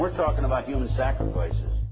we're talking about human sacrifice